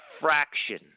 fraction